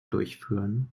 durchführen